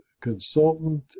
consultant